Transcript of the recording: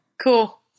Cool